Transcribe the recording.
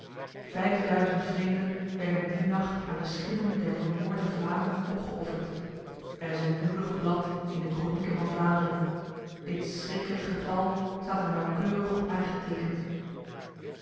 vijfduizend vreemden werden die nacht aan de schimmen der vermoorde vlamingen opgeofferd er is een bloedig blad in de kronieken van vlaanderen dit schriklijk getal staat er nauwkeurig op aangetekend